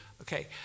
Okay